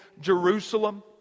Jerusalem